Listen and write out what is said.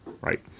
right